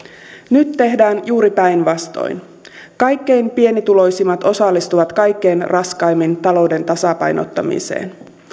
nyt tehdään juuri päinvastoin kaikkein pienituloisimmat osallistuvat kaikkein raskaimmin talouden tasapainottamiseen